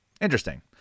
interesting